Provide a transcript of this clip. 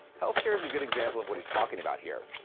healthcare is a good example of what he's talking about here.